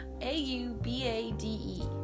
A-U-B-A-D-E